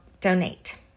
donate